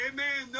Amen